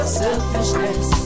selfishness